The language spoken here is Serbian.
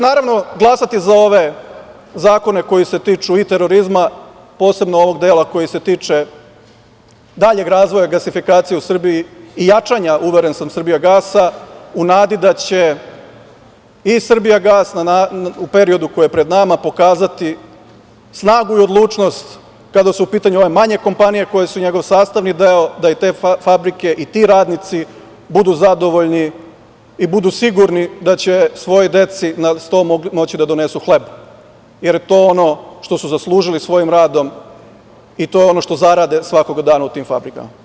Naravno, ja ću glasati za ove zakone koji se tiču i terorizma, posebno ovog dela koji se tiče daljeg razvoja gasifikacije u Srbiji i jačanja, uveren sam, „Srbijagasa“, u nadi da će i „Srbijagas“ u periodu koji je pred nama pokazati snagu i odlučnost kada su u pitanju ove manje kompanije koje su njegov sastavni deo, da i te fabrike i ti radnici budu zadovoljni i budu sigurni da će svojoj deci na sto moći da donesu hleb, jer to je ono što su zaslužili svojim radom i to je ono što zarade svakog dana u tim fabrikama.